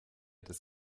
das